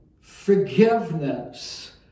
Forgiveness